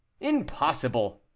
Impossible